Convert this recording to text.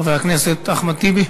חבר הכנסת אחמד טיבי?